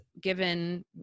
Given